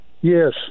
Yes